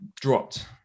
dropped